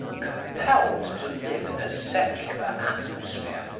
compelled to live in a secular atmosphere,